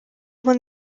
won